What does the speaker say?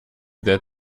that